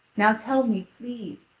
now tell me, please,